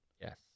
Yes